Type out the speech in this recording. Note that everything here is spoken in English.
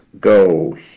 go